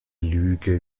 lüge